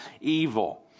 evil